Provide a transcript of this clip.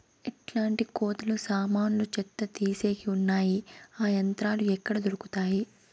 ఎట్లాంటి కోతలు సామాన్లు చెత్త తీసేకి వున్నాయి? ఆ యంత్రాలు ఎక్కడ దొరుకుతాయి?